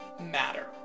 matter